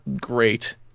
great